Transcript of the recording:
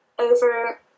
over